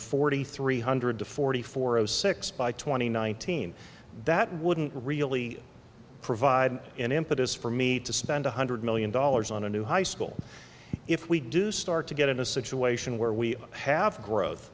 forty three hundred to forty four zero six by twenty nineteen that wouldn't really provide an impetus for me to spend one hundred million dollars on a new high school if we do start to get in a situation where we have gro